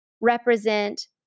represent